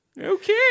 Okay